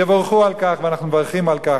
יבורכו על כך ואנחנו מברכים על כך.